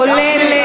כולל,